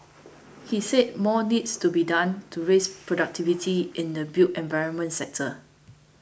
he said more needs to be done to raise productivity in the built environment sector